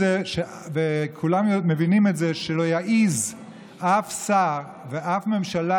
כולם מבינים את זה שלא יעז אף שר ואף ממשלה